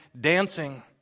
dancing